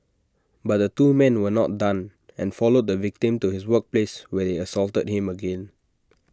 but the two men were not done and followed the victim to his workplace where they assaulted him again